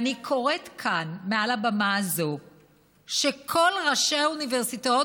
ואני קוראת כאן מעל הבמה הזאת שכל ראשי האוניברסיטאות